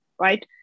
right